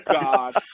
God